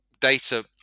data